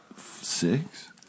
six